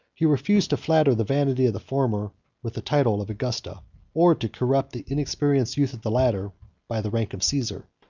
he refused to flatter the vanity of the former with the title of augusta or to corrupt the inexperienced youth of the latter by the rank of caesar.